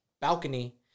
balcony